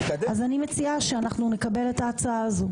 אז אני מציעה שאנחנו נקבל את ההצעה הזאת.